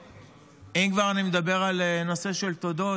ואם כבר אני מדבר על נושא של תודות,